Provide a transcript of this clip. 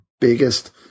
biggest